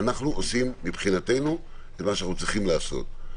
אנחנו עושים מבחינתנו את מה שאנחנו צריכים לעשות.